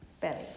belly